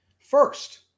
First